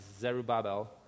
zerubbabel